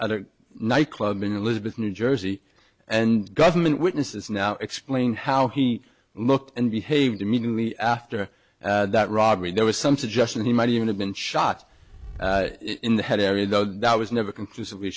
at a nightclub in elizabeth new jersey and government witnesses now explaining how he looked and behaved immediately after that robbery there was some suggestion he might even have been shot in the head area though that was never conclusively